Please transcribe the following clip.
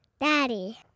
Daddy